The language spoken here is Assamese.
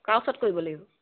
কাৰ ওচৰত কৰিব লাগিব